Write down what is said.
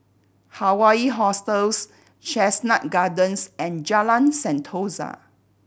Hawaii Hostels Chestnut Gardens and Jalan Sentosa